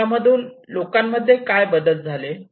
त्यातून लोकांमध्ये काय बदल झाले